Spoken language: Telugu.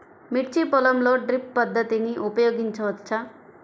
మిర్చి పొలంలో డ్రిప్ పద్ధతిని ఉపయోగించవచ్చా?